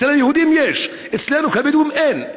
אצל היהודים יש, אצלנו הבדואים אין.